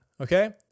Okay